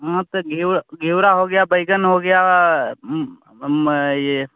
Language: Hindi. हाँ तो घीउ खीरा हो गया बैंगन हो गया यह